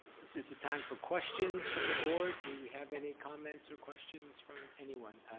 this is the time for questions from the board. do we have any comments or questions from anyone?